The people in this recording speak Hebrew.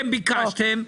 שכאתם ביקשתם,